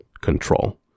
control